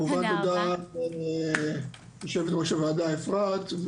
וכמובן תודה ליושבת-ראש הוועדה אפרת,